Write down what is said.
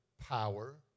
power